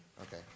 Okay